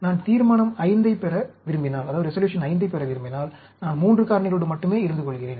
நான் தீர்மானம் V ஐப் பெற விரும்பினால் நான் 3 காரணிகளோடு மட்டுமே இருந்து கொள்கிறேன்